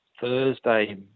Thursday